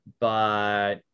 but-